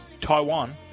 Taiwan